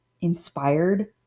inspired